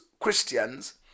Christians